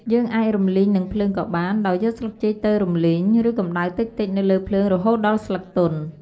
យើងអាចរំលីងនឹងភ្លើងក៏បាន ដោយយកស្លឹកចេកទៅរំលីង ឬកម្តៅតិចៗនៅលើភ្លើងរហូតដល់ស្លឹកទន់។